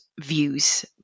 views